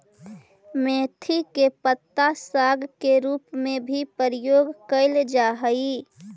मेथी के पत्ता साग के रूप में भी प्रयोग कैल जा हइ